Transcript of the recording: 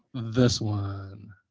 this one.